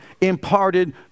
imparted